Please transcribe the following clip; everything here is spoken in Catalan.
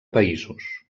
països